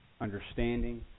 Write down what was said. understanding